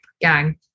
gang